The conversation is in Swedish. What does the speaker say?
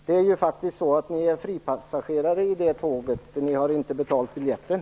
Ni är ju faktiskt fripassagerare på det tåget - ni har inte betalat biljetten!